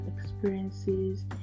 experiences